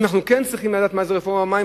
אם אנחנו רוצים לדעת מה זו הרפורמה במים,